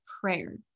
prayer